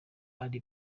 bari